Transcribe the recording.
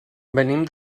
venim